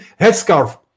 headscarf